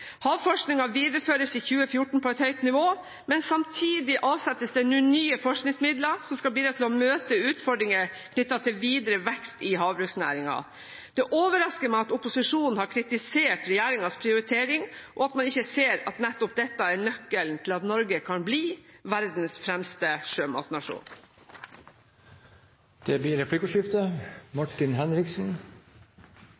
Havforskningen videreføres i 2014 på et høyt nivå, men samtidig avsettes det nå nye forskningsmidler som skal bidra til å møte utfordringer knyttet til videre vekst i havbruksnæringen. Det overrasker meg at opposisjonen har kritisert regjeringens prioritering, og at man ikke ser at nettopp dette er nøkkelen til at Norge kan bli verdens fremste sjømatnasjon. Det blir replikkordskifte.